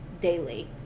daily